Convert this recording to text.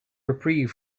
reprieve